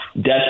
death